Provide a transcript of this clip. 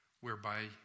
whereby